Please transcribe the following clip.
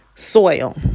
Soil